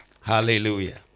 Hallelujah